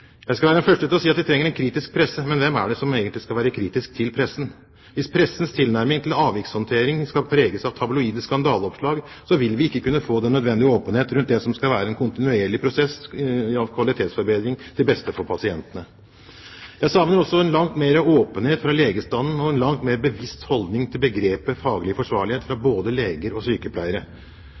Jeg skal være den første til å si at vi trenger en kritisk presse, men hvem er det som egentlig skal være kritisk til pressen? Hvis pressens tilnærming til avvikshåndtering skal preges av tabloide skandaleoppslag, så vil vi ikke kunne få den nødvendige åpenhet rundt det som skal være en kontinuerlig prosess i kvalitetsforbedringen til det beste for pasientene. Jeg savner også en langt mer åpenhet fra legestanden og en langt mer bevisst holdning til begrepet faglig forsvarlighet fra både leger og sykepleiere.